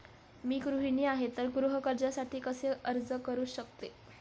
मी गृहिणी आहे तर गृह कर्जासाठी कसे अर्ज करू शकते?